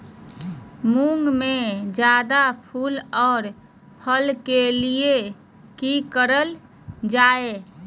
मुंग में जायदा फूल और फल के लिए की करल जाय?